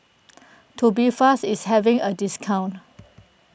Tubifast is having a discount